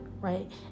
right